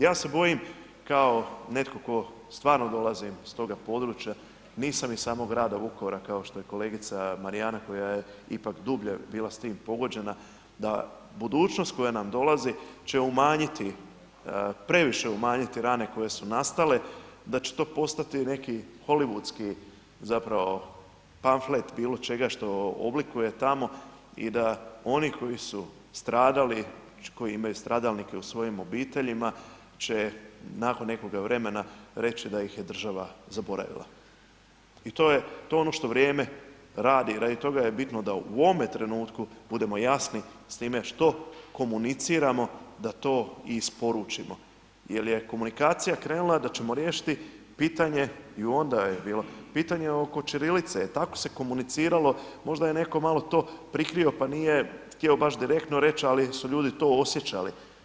Ja se bojim kao netko tko stvarno dolazim s toga područja, nisam iz samog grada Vukovara kao što je kolegica Marijana koja je ipak dublje bila s tim pogođena, da budućnost koja nam dolazi će umanjiti, previše umanjiti rane koje su nastale, da će to postati neki holivudski zapravo pamflet bilo čega što oblikuje tamo i da oni koji su stradali, koji imaju stradalnike u svojim obiteljima će nakon nekoga vremena reći da ih je država zaboravila i to je, to je ono što vrijeme radi, radi toga je bitno da u ovome trenutku budemo jasni s time što komuniciramo da to i isporučimo jel je komunikacija krenula da ćemo riješiti pitanje i onda je bilo, pitanje oko ćirilice, e tako se komuniciralo, možda je neko malo to prikrio, pa nije htjeo baš direktno reć, ali su ljudi to osjećali.